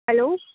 hello